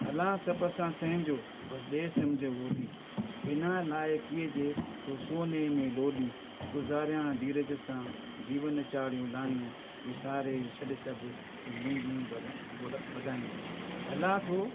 हलां सभु सां संहिंजो बसि ॾे समुझ ओॾी बिना लाइक़ीअ जे तो सोने में लोॾी गुज़ारियां धीरज सां जीवन चाढ़ियूं लाहियूं विसारे छॾ सभु तूं मुंहिंजूं मदायूं हलां थो